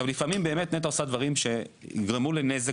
לפעמים באמת נת"ע עושה דברים שגרמו לנזק